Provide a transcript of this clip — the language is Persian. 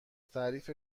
تعریف